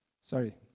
Sorry